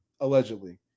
Allegedly